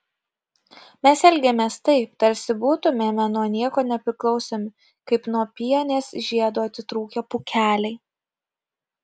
mes elgiamės taip tarsi būtumėme nuo nieko nepriklausomi kaip nuo pienės žiedo atitrūkę pūkeliai